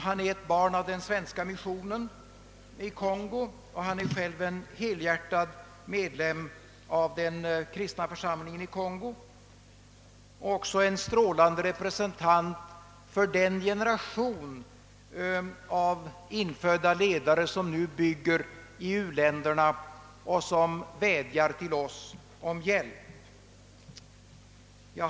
Som ett barn av den svenska missionen i Kongo är han en helhjärtad medlem av den kristna församlingen i Kongo och även en strålande representant för den generation av infödda ledare som nu bygger i u-länderna och som vädjar till oss om hjälp.